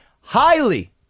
highly